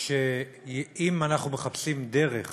שאם אנחנו מחפשים דרך